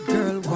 Girl